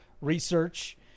research